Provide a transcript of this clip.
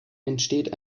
entsteht